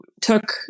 took